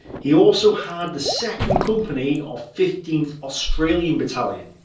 he also had the second company of fifteenth australian battalion,